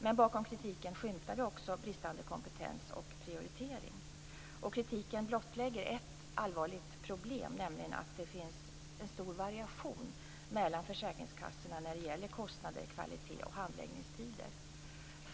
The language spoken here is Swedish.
Men bakom kritiken skymtar vi också bristande kompetens och prioritering. Kritiken blottlägger ett allvarligt problem, nämligen att det finns en stor variation mellan försäkringskassorna när det gäller kostnader, kvalitet och handläggningstider.